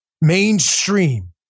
mainstream